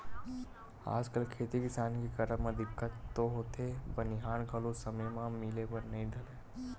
आजकल खेती किसानी के करब म दिक्कत तो होथे बनिहार घलो समे म मिले बर नइ धरय